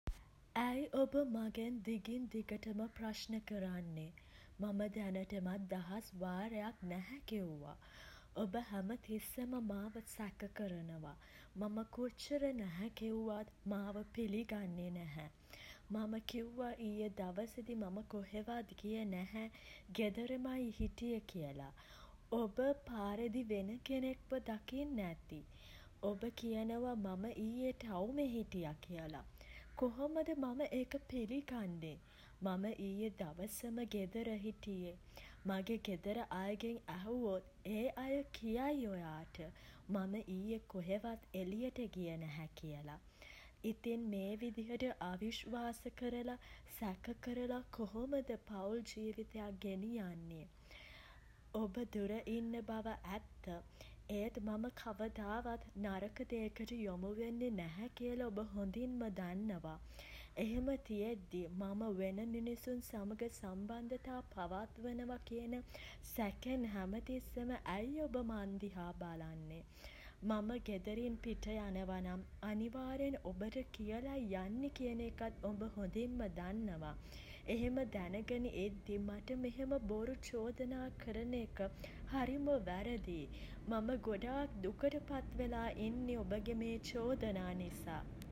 ඇයි ඔබ මගෙන් දිගින් දිගටම ප්‍රශ්න කරන්නේ. මම දැනටමත් දහස් වාරයක් නැහැ කිව්වා. ඔබ හැම තිස්සෙම මාව සැක කරනවා. මම කොච්චර නැහැ කිව්වත් මාව පිළිගන්නේ නැහැ. මම කිව්වා ඊයේ දවසෙදි මම කොහෙවත් ගියේ නැහැ ගෙදරමයි හිටියෙ කියලා. ඔබ පාරෙදි වෙන කෙනෙක්ව දකින්න ඇති. ඔබ කියනවා මම ඊයේ ටවුමෙ හිටියා කියලා. කොහොමද මම ඒක පිළිගන්නේ. මම ඊයේ දවසම ගෙදර හිටියේ. මගේ ගෙදර අයගෙන් ඇහුවොත් ඒ අය කියයි ඔයාට මම ඊයේ කොහෙවත් එළියට ගියේ නැහැ කියලා. ඉතින් මේ විදිහට අවිශ්වාස කරලා සැක කරලා කොහොමද පවුල් ජීවිතයක් ගෙනියන්නේ ඔබ දුර ඉන්න බව ඇත්ත. ඒත් මම කවදාවත් නරක දෙයකට යොමු වෙන්නේ නැහැ කියලා ඔබ හොඳින්ම දන්නවා. එහෙම තියෙද්දි මම වෙන මිනිසුන් සමඟ සම්බන්ධතා පවත්වනවා කියන සැකෙන් හැමතිස්සෙම ඇයි ඔබ මන් දිහා බලන්නෙ. මම ගෙදරින් පිට යනවා නම් අනිවාර්යෙන්ම ඔබට කියලයි යන්නෙ කියන එකත් මම හොඳින්ම දන්නවා. එහෙම දැනගෙන ඉද්දි මට මෙහෙම බොරු චෝදනා කරන එක හරිම වැරදියි. මම ගොඩාක් දුකට පත් වෙලා ඉන්නේ ඔබගේ මේ චෝදනා නිසා.